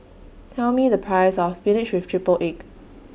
Tell Me The Price of Spinach with Triple Egg